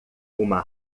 uma